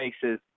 faces